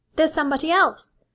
there's somebody else.